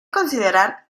considerar